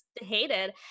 hated